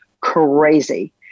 crazy